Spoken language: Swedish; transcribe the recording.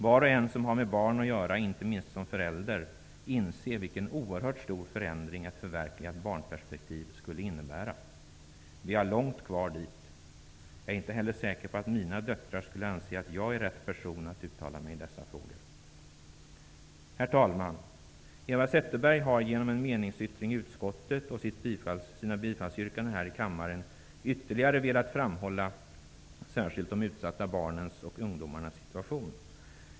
Var och en som har med barn att göra, inte minst som förälder, inser vilken oerhört stor förändring ett förverkligat barnperspektiv skulle innebära. Vi har långt kvar dit. Jag är inte heller säker på att mina döttrar skulle anse att jag är rätt person att uttala mig i dessa frågor. Herr talman! Eva Zetterberg har genom en meningsyttring i utskottet och genom sina bifallsyrkanden här i kammaren ytterligare velat framhålla de utsatta barnens och ungdomarnas situation.